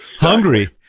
hungry